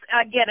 again